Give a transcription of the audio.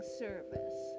service